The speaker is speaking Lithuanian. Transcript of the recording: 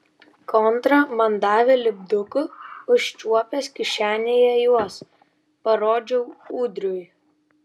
kontra man davė lipdukų užčiuopęs kišenėje juos parodžiau ūdriui